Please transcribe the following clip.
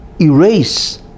erase